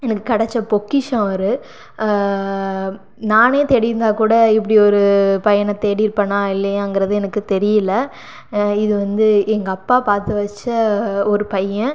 எனக்கு கெடைச்ச பொக்கிஷம் அவர் நானே தேடியிருந்தா கூட இப்படி ஒரு பையனை தேடிருப்பேனா இல்லையாங்கிறது எனக்கு தெரியிலை இது வந்து எங்கள் அப்பா பார்த்து வைச்ச ஒரு பையன்